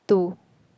two